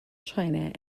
china